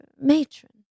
matron